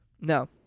No